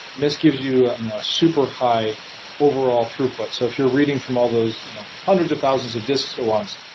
this gives you a super high overall triplet but so if you're reading from all those you know hundreds of thousands of disks at once,